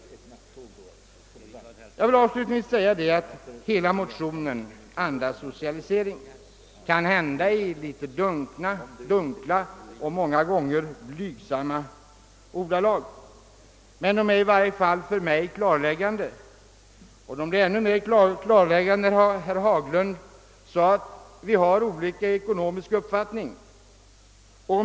Avslutningsvis vill jag framhålla att hela motionen andas socialisering, kanhända i litet dunkla och blygsamma ordalag, men för mig är de klarläggande. De blir ännu mera klarläggande genom herr Haglunds uttalande att vi har olika ekonomiska uppfattning.